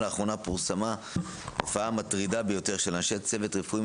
לאחרונה פורסמה תופעה מטרידה ביותר של אנשי צוות רפואי,